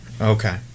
Okay